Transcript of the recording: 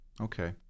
Okay